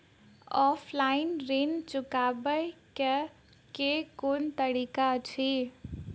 Offline ऋण चुकाबै केँ केँ कुन तरीका अछि?